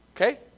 Okay